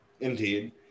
Indeed